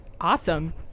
Awesome